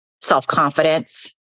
self-confidence